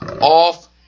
off